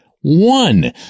One